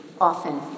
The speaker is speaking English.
often